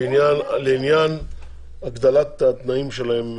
לעניין הגדלת התנאים שלהם,